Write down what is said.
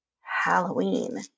Halloween